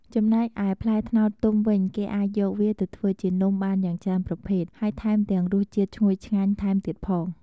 ចំណែកឯផ្លែត្នោតទុំវិញគេអាច យកវាទៅធ្វើជានំបានយ៉ាងច្រើនប្រភេទ ហើយថែមទាំងរសជាតិឈ្ងុយឆ្ងាញ់ថែមទៀតផង។